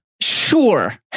Sure